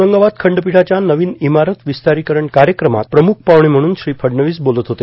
औरंगाबाद खंडपीठाच्या नवीन इमारत विस्तारीकरण कार्यक्रमात प्रमुख पाहुणे म्हणून श्री फडणवीस बोलत होते